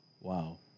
wow